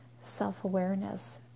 self-awareness